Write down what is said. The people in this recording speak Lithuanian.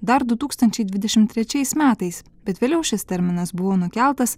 dar du tūkstančiai dvidešim trečiais metais bet vėliau šis terminas buvo nukeltas